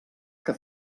que